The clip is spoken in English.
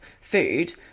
food